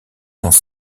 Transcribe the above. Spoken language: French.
sans